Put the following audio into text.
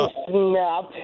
snap